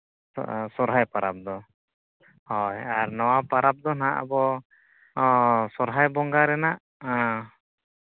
ᱥᱚᱦᱨᱟᱭ ᱯᱚᱨᱚᱵᱽ ᱫᱚ ᱦᱳᱭ ᱱᱚᱣᱟ ᱯᱚᱨᱚᱵᱽ ᱫᱚ ᱦᱟᱸᱜ ᱟᱵᱚ ᱥᱚᱦᱨᱟᱭ ᱵᱚᱸᱜᱟ ᱨᱮᱱᱟᱜ